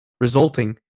resulting